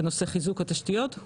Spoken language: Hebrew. בנושא חיזוק התשתיות,